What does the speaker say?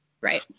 Right